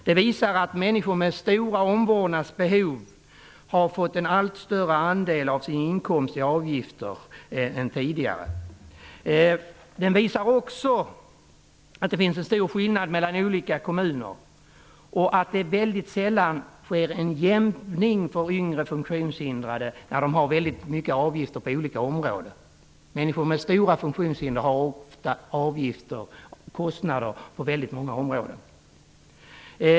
Den visar att människor med stora omvårdnadsbehov får använda en allt större del av sin inkomst till avgifter. Den visar också att det är stor skillnad mellan olika kommuner. Det sker mycket sällan en jämkning för yngre funktionshindrade som har väldigt många avgifter på olika områden. Människor med stora funktionshinder har ofta kostnader på väldigt många områden.